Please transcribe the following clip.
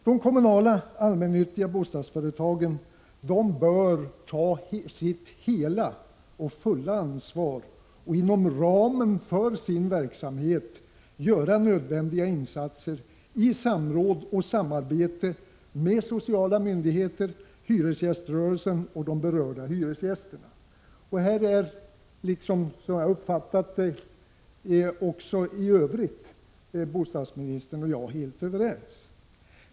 De kommunala allmännyttiga bostadsföretagen bör ta sitt hela och fulla ansvar och inom ramen för sin verksamhet göra nödvändiga insatser i samråd och samarbete med de sociala myndigheterna, hyresgäströrelsen och de berörda hyresgästerna. Även här tycks bostadsministern och jag vara helt överens.